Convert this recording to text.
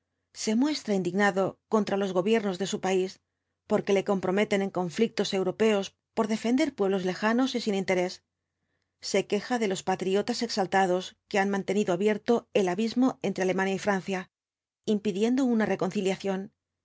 se muestra indignado contra los gobiernos de su país porque je comprometen en conflictos europeos por defender á pueblos lejanos y sin interés se queja de los patriotas exaltados que han mantenido abierto el abismo entre alemania y francia impidiendo una reconciliación